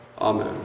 Amen